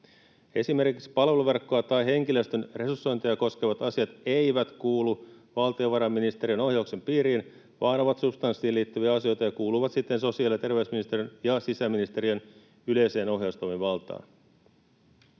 Esimerkiksi palveluverkkoa tai henkilöstön resursointeja koskevat asiat eivät kuulu valtiovarainministeriön ohjauksen piiriin vaan ovat substanssiin liittyviä asioita ja kuuluvat siten sosiaali- ja terveysministeriön ja sisäministeriön yleiseen ohjaustoimivaltaan.